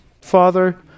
Father